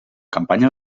campanya